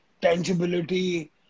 tangibility